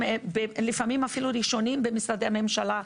לפעמים אפילו ראשונים במשרדי הממשלה,